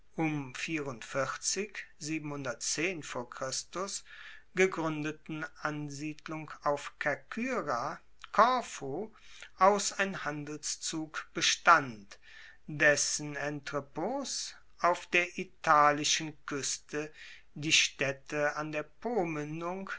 gegruendeten ansiedlung auf kerkyra korfu aus ein handelszug bestand dessen entrepts auf der italischen kueste die staedte an der